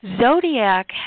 Zodiac